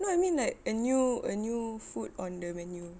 no I mean like a new a new food on the menu